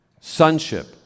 sonship